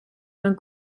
mewn